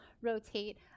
rotate